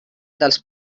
dels